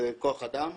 כוח אדם,